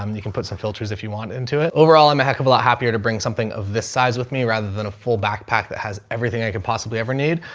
um you can put some filters if you want into it. overall, i'm a heck of a lot happier to bring something of this size with me rather than a full backpack that has everything i could possibly ever need.